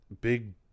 big